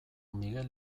miguel